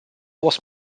was